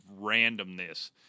randomness